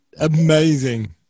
Amazing